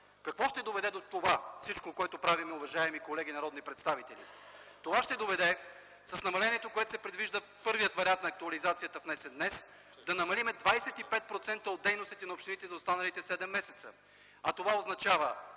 какво ще доведе всичко това, уважаеми колеги народни представители, което правим? Това ще доведе с намалението, което се предвижда в първия вариант на актуализациите, внесен днес, да намалим 25% от дейностите на общините за останалите седем месеца, а това означава